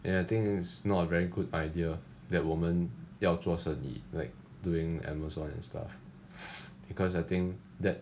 and I think it's not a very good idea that 我们要做生意 like doing Amazon and stuff because I think that